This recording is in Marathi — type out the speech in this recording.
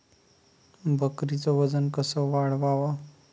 बकरीचं वजन कस वाढवाव?